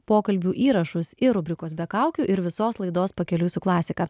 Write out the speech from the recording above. pokalbių įrašus ir rubrikos be kaukių ir visos laidos pakeliui su klasika